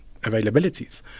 availabilities